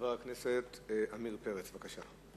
חבר הכנסת עמיר פרץ, בבקשה.